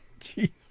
Jeez